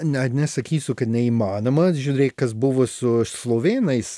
ne nesakysiu kad neįmanoma žiūrėk kas buvo su slovėnais